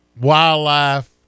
Wildlife